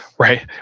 right?